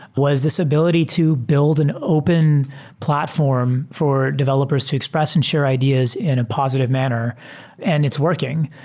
was this ability to build an open platform for developers to express and share ideas in a positive manner and it's working.